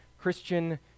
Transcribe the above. Christian